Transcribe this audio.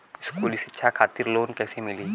स्कूली शिक्षा खातिर लोन कैसे मिली?